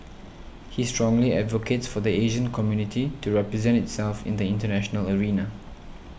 he strongly advocates for the Asian community to represent itself in the international arena